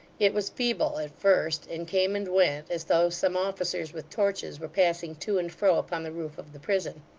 it was feeble at first, and came and went, as though some officers with torches were passing to and fro upon the roof of the prison.